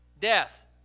death